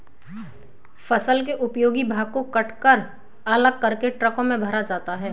फसल के उपयोगी भाग को कटकर अलग करके ट्रकों में भरा जाता है